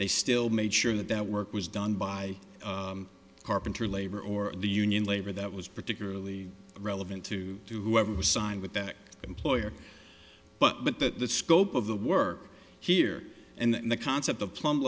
they still made sure that that work was done by carpenter labor or the union labor that was particularly relevant to to whoever was signed with that employer but that the scope of the work here and the concept of plum